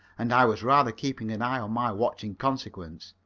and i was rather keeping an eye on my watch in consequence.